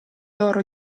loro